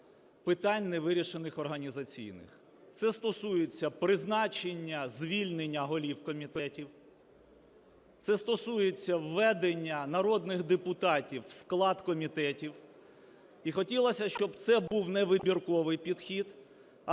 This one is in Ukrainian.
питань невирішених організаційних. Це стосується призначення, звільнення голів комітетів, це стосується введення народних депутатів в склад комітетів. І хотілося, щоб це був не вибірковий підхід,